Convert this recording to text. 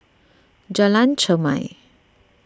Jalan Chermai